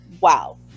wow